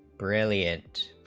brilliant